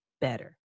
better